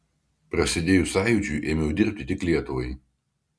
prasidėjus sąjūdžiui ėmiau dirbti tik lietuvai